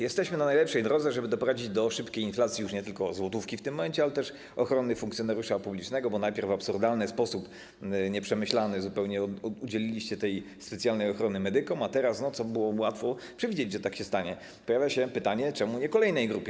Jesteśmy na najlepszej drodze, żeby doprowadzić do szybkiej inflacji już nie tylko złotówki w tym momencie, ale też ochrony funkcjonariusza publicznego, bo najpierw w absurdalny sposób, zupełnie nieprzemyślany, udzieliliście specjalnej ochrony medykom, a teraz - było łatwo przewidzieć, że tak się stanie - pojawia się pytanie, czemu nie kolejnej grupie.